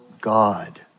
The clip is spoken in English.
God